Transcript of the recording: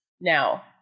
Now